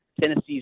Tennessee's